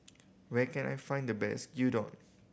where can I find the best Gyudon